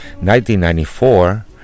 1994